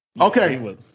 Okay